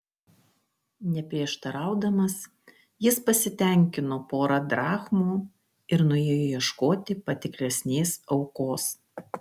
neprieštaraudamas jis pasitenkino pora drachmų ir nuėjo ieškoti patiklesnės aukos